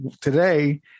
today